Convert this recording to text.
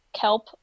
kelp